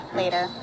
later